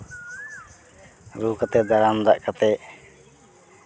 ᱨᱩ ᱠᱟᱛᱮ ᱫᱟᱨᱟᱢ ᱫᱟᱜ ᱠᱟᱛᱮ